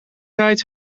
tijd